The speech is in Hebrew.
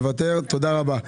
מוותר תודה רבה,